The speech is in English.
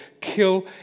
kill